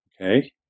okay